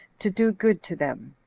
to do good to them.